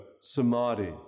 Samadhi